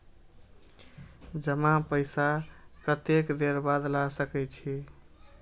जमा पैसा कतेक देर बाद ला सके छी?